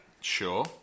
Sure